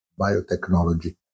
biotechnology